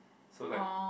so like